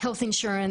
ביטוח רפואי,